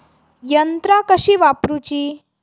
यंत्रा कशी वापरूची?